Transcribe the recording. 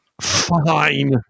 Fine